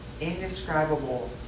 indescribable